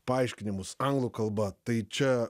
paaiškinimus anglų kalba tai čia